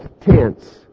tense